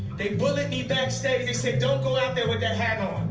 they bullied me backstage. they said don't go out there with that hat on.